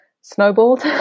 snowballed